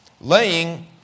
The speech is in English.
laying